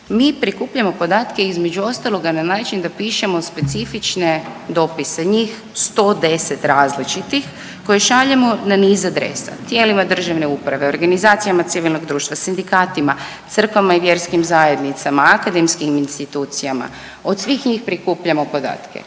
Mi prikupljamo podatke, između ostaloga, na način da pišemo specifične dopise, njih 110 različitih koje šaljemo na niz adresa, tijelima državne uprave, organizacijama civilnog društva, sindikatima, crkvama i vjerskim zajednicama, akademskim institucijama, od svih njih prikupljamo podatke